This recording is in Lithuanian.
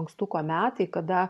ankstuko metai kada